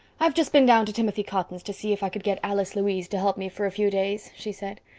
i've just been down to timothy cotton's to see if i could get alice louise to help me for a few days, she said.